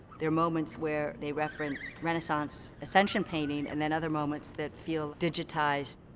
there are moments where they reference renaissance ascension painting, and then other moments that feel digitized.